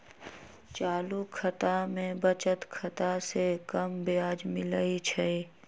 चालू खता में बचत खता से कम ब्याज मिलइ छइ